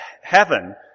heaven